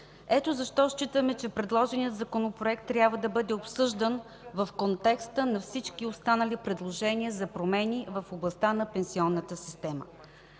Ето защо считаме, че предложеният законопроект трябва да бъде обсъждан в контекста на всички останали предложения за промени в областта на пенсионната система.